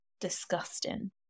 Disgusting